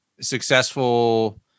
successful